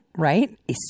right